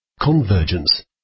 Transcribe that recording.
Convergence